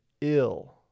ill